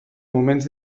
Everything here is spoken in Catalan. moments